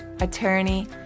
attorney